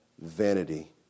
vanity